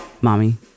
Mommy